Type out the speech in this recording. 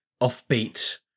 offbeat